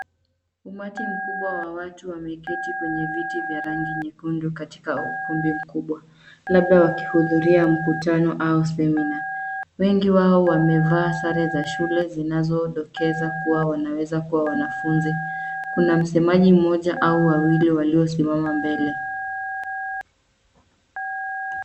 Umati mkubwa wa watu wameketi kwenye viti vya rangi nyekundu katika ukumbi mkubwa, labda wakihudhuria mkutano au seminar . Wengi wao wamevaa sare za shule zinazodokeza kuwa wanaweza kuwa wanafunzi. Kuna msemaji mmoja au wawili waliosimama mbele.